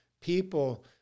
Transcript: people